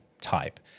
type